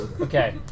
Okay